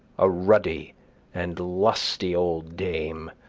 a ruddy and lusty old dame,